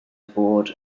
board